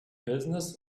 business